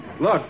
Look